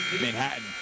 Manhattan